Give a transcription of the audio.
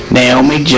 Naomi